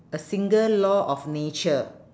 a single law of nature